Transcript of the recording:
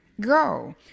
Go